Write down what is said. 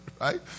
Right